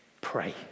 pray